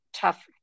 tough